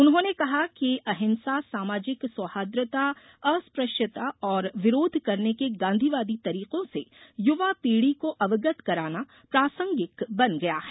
उन्होंने कहा कि कहा कि अहिंसा सामाजिक सौहाद्रर्ता अस्पृश्यता का विरोध करने के गांधीवादी तरीको से युवा पीढी को अवगत कराना प्रासंगिक बन गया है